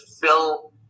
fill